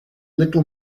little